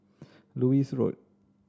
Lewis Road